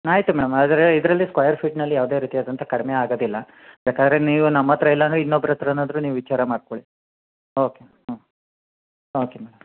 ಆಯಿತು ಮ್ಯಾಮ್ ಆದರೆ ಇದರಲ್ಲಿ ಸ್ಕೊಯರ್ ಫೀಟಿನಲ್ಲಿ ಯಾವುದೆ ರೀತಿಯಾದಂತಹ ಕಡಿಮೆ ಆಗುದಿಲ್ಲ ಬೇಕಾದ್ರೆ ನೀವು ನಮ್ಮ ಹತ್ತಿರ ಇಲ್ಲಾಂದ್ರೆ ಇನ್ನೊಬ್ರ ಹತ್ತಿರನಾದ್ರೂ ನೀವು ವಿಚಾರ ಮಾಡಿಕೊಳ್ಳಿ ಓಕೆ ಹ್ಞೂ ಓಕೆ ಮೇಡಮ್